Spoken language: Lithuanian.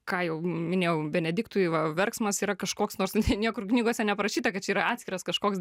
ką jau minėjau benediktui va verksmas yra kažkoks nors niekur knygose neparašyta kad čia yra atskiras kažkoks